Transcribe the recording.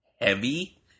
heavy